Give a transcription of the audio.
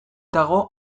dago